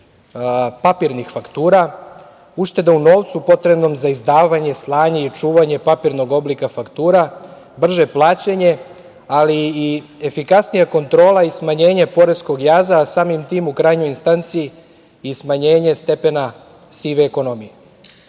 papirnih faktura, ušteda u novcu potrebnom za izdavanje, slanje i čuvanje papirnog oblika faktura, brže plaćanje, ali i efikasnija kontrola i smanjenje poreskog jaza, a samim tim, u krajnjoj instanci, i smanjenje stepena sive ekonomije. Kada